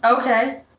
Okay